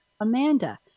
Amanda